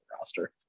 roster